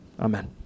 Amen